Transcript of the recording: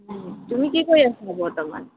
তুমি কি কৰি আছা বৰ্তমান